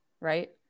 Right